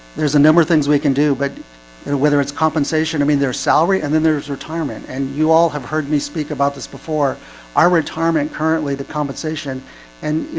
there's a number of things we can do but and whether it's compensation i mean their salary and then there's retirement and you all have heard me speak about this before our retirement currently the compensation and you